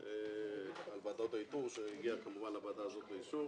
על ועדת האיתור שהגיע כמובן לוועדה הזאת לאישור,